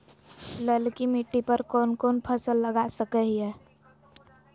ललकी मिट्टी पर कोन कोन फसल लगा सकय हियय?